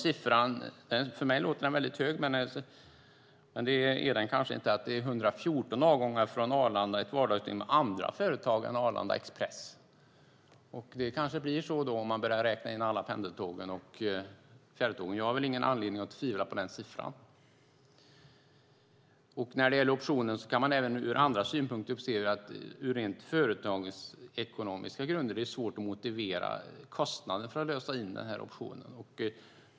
Siffran 114 avgångar från Arlanda ett vardagsdygn med andra företag än Arlanda Express låter väldigt hög, men det är den kanske inte. Det kanske blir så om man börjar räkna in alla pendeltåg och fjärrtåg. Jag har väl ingen anledning att tvivla på den siffran. När det gäller optionen är det på rent företagsekonomiska grunder svårt att motivera kostnaden för att lösa in optionen.